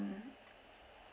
um